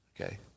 Okay